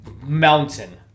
mountain